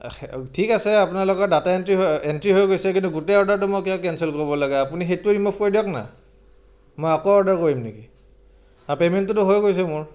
ঠিক আছে আপোনালোকৰ ডাটা এণ্ট্ৰি হৈ এণ্ট্ৰি হৈ গৈছে কিন্তু গোটেই অৰ্ডাৰটো মই কিয় কেনচেল কৰিব লাগে আপুনি সেইটোৱে ৰিমভ কৰি দিয়ক না মই আকৌ অৰ্ডাৰ কৰিম নেকি পে'মেণ্টোতো হৈ গৈছে